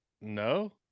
no